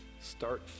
Start